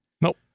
Nope